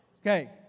Okay